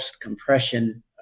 compression